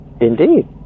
Indeed